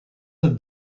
have